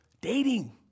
dating